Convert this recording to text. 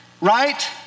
right